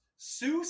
Seuss